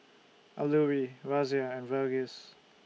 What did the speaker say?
Alluri Razia and Verghese